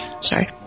Sorry